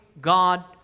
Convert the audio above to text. God